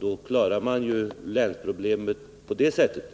Då klarar man länsproblemet på det sättet.